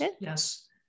Yes